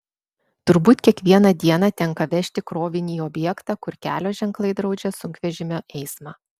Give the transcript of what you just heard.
turbūt kiekvieną dieną tenka vežti krovinį į objektą kur kelio ženklai draudžia sunkvežimio eismą